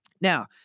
Now